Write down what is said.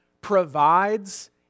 provides